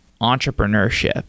entrepreneurship